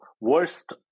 worst